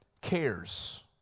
cares